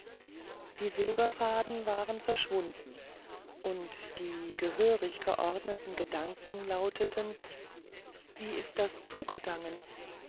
die silberfaden waren verschwunden und die gehörig geordneten gedanken lauteten wie ist das zugegangen